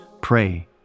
pray